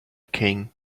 king